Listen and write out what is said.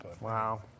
Wow